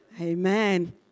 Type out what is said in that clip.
Amen